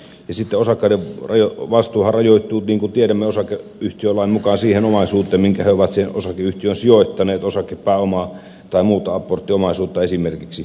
osakkaiden vastuuhan rajoittuu niin kuin tiedämme osakeyhtiölain mukaan siihen omaisuuteen minkä he ovat osakeyhtiöön sijoittaneet osakepääomaa tai muuta apporttiomaisuutta esimerkiksi